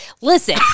Listen